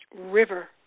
river